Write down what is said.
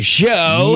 show